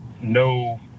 no